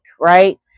right